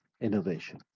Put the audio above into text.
innovation